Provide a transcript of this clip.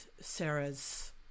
Sarah's